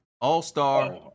all-star